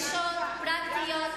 אלה דרישות פרקטיות,